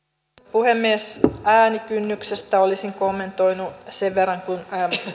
puhemies äänikynnyksestä olisin kommentoinut sen verran kun